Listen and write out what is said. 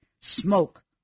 smoke